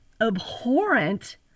abhorrent